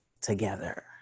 together